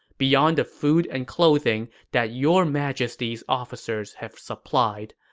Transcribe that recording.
beyond the food and clothing that your majesty's officers have supplied,